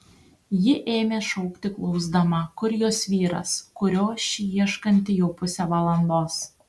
ji ėmė šaukti klausdama kur jos vyras kurio ši ieškanti jau pusę valandos